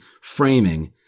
framing